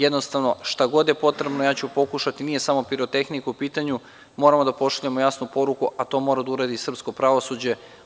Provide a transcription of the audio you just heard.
Jednostavno, šta god da je potrebno ja ću pokušati, nije samo pirotehnika u pitanju, moramo da pošaljemo jasnu poruku, a to mora da uradi i srpsko pravosuđe.